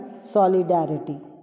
solidarity